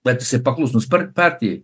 bet jisai paklusnus per partijai